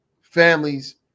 families